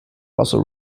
also